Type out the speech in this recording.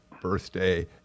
birthday